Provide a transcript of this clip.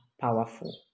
powerful